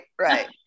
right